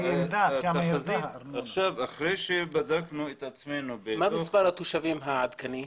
מה מספר התושבים העדכני?